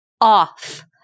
off